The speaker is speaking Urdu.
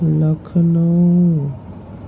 لکھنؤ